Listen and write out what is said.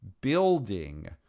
building